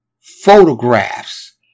photographs